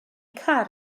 car